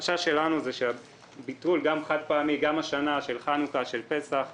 החשש שלנו שביטול חד פעמי השנה של חנוכה ופסח השנה,